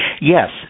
Yes